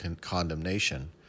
condemnation